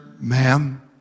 ma'am